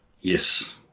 Yes